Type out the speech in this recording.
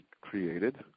created